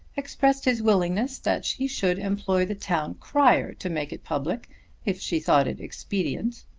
expressed his willingness that she should employ the town crier to make it public if she thought it expedient.